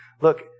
Look